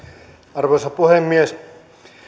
arvoisa puhemies